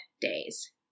days